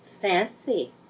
Fancy